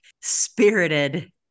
spirited